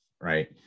right